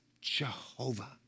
Jehovah